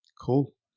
Cool